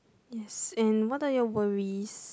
yes and what are your worries